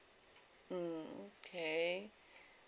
mm okay